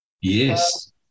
Yes